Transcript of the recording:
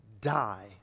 die